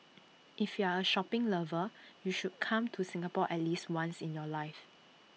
if you are A shopping lover you should come to Singapore at least once in your life